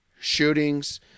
shootings